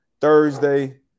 Thursday